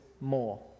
more